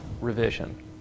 revision